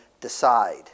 decide